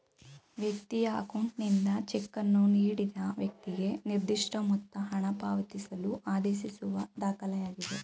ವ್ಯಕ್ತಿಯ ಅಕೌಂಟ್ನಿಂದ ಚೆಕ್ಕನ್ನು ನೀಡಿದ ವ್ಯಕ್ತಿಗೆ ನಿರ್ದಿಷ್ಟಮೊತ್ತ ಹಣಪಾವತಿಸಲು ಆದೇಶಿಸುವ ದಾಖಲೆಯಾಗಿದೆ